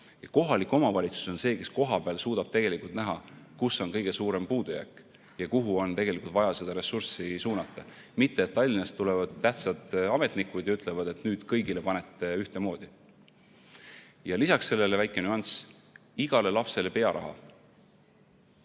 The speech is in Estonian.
Kohalik omavalitsus on see, kes kohapeal suudab näha, kus on kõige suurem puudujääk ja kuhu on vaja ressurssi suunata, mitte et Tallinnast tulevad tähtsad ametnikud ja ütlevad, et nüüd kõigile panete ühtemoodi. Lisaks sellele väike nüanss: igale lapsele pearaha.